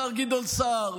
השר גדעון סער,